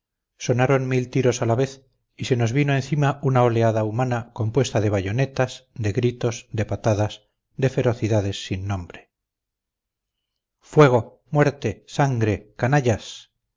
sonaron mil tiros a la vez y se nos vino encima una oleada humana compuesta de bayonetas de gritos de patadas de ferocidades sin nombre fuego muerte sangre canallas